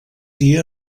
dia